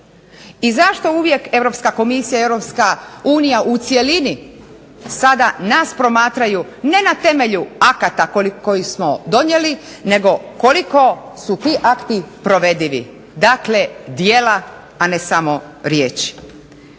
I zašto uvijek Europska komisija i Europska unija u cjelini sada nas promatraju ne na temelju akata koje smo donijeli, nego koliko su ti akti provedivi. Dakle, djela a ne samo riječi.